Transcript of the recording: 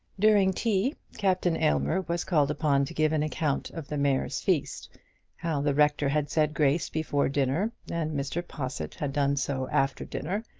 during tea, captain aylmer was called upon to give an account of the mayor's feast how the rector had said grace before dinner, and mr. possitt had done so after dinner,